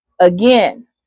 Again